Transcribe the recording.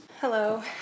Hello